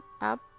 up